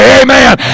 amen